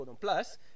Plus